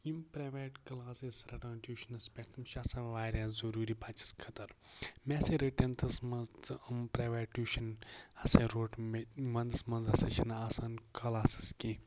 یِم private classes رَٹان ٹیوٗشنَس پٮ۪ٹھ تِم چھِ آسان واریاہ ضروٗری بَچَس خٲطر مےٚ سا رٔٹۍ ٹینتھس منٛز یِم پریویٹ ٹیوٗشَن ہسا روٚٹ مےٚ وَندَس منٛز ہسا چھُنہٕ آسان کَلاسِز کہیٖنۍ